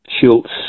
Schultz